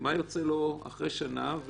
מה יוצא לו אחרי שנה?